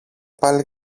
πάλι